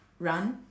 run